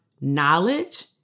knowledge